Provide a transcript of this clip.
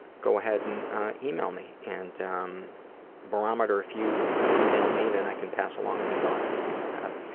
go ahead and email me and um barometer, if you email me then i can pass along any thoughts that people have.